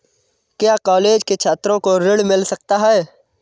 क्या कॉलेज के छात्रो को ऋण मिल सकता है?